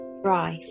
drive